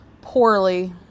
poorly